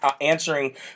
answering